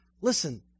Listen